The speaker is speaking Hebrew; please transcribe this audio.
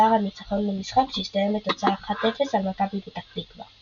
שער הניצחון במשחק שהסתיים בתוצאה 1–0 על מכבי פתח תקווה.